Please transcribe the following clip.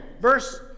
verse